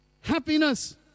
Happiness